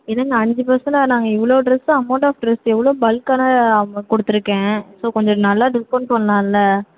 என்னண்ணா அஞ்சு பர்சன்ட்டா நாங்கள் இவ்வளோ ட்ரெஸ் அமௌண்ட் ஆஃப் ட்ரெஸு எவ்வளோ பல்க்கான அமௌண்ட் கொடுத்துருக்கேன் ஸோ கொஞ்சம் நல்லா டிஸ்கவுண்ட் பண்ணலான்ல